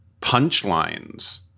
punchlines